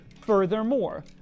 furthermore